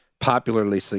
popularly